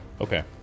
Okay